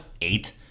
eight